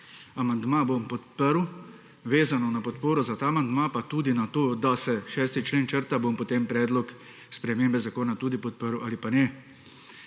Amandma bom podprl, vezano na podporo za ta amandma pa tudi na to, da se 6. člen črta, bom potem predlog spremembe zakona tudi podprl ali pa ne.